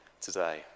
today